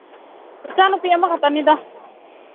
ꯏꯆꯥꯅꯨꯄꯤ ꯑꯃꯈꯛꯇꯅꯤꯗ